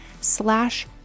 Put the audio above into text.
slash